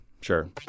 sure